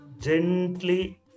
gently